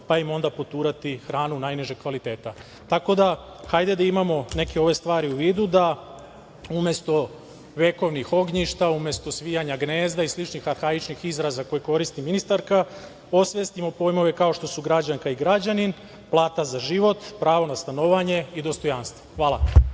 pa im onda poturati hranu najnižeg kvaliteta. Tako da, hajde da imamo neke ove stvari u vidu, da umesto vekovnih ognjišta, umesto svijanja gnezda i sličnih arhaičnih izraza koje koristi ministarka, osvestimo pojmove kao što su građanka i građanin, plata za život, pravo na stanovanje i dostojanstvo. Hvala.